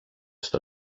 στο